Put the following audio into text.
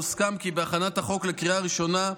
הוסכם כי בהכנת החוק לקריאה ראשונה,